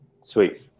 Sweet